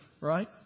right